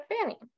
Fanny